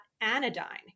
anodyne